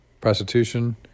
prostitution